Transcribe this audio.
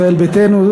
ישראל ביתנו,